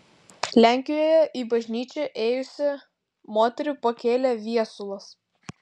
lenkijoje į bažnyčią ėjusią moterį pakėlė viesulas